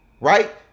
right